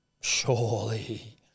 Surely